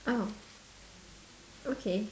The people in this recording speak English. oh okay